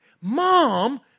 Mom